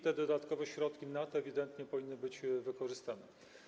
Te dodatkowe środki na to ewidentnie powinny być wykorzystane.